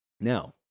Now